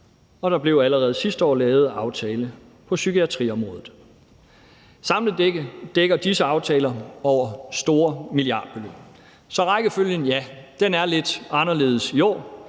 og der blev allerede sidste år lavet en aftale på psykiatriområdet. Samlet dækker disse aftaler over store milliardbeløb. Så rækkefølgen er lidt anderledes i år,